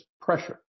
pressure